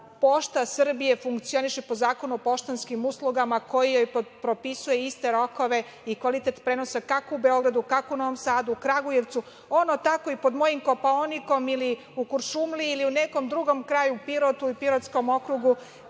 „Pošta Srbije“ funkcioniše po Zakonu o poštanskim uslugama koji propisuje iste rokove i kvalitet prenosa, kako u Beogradu, kao u Novom Sadu, Kragujevcu, ono tako i pod mojim Kopaonikom ili u Kuršumliji ili u nekom drugom kraju, Pirotu, ili Pirotskom okrugu,